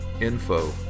info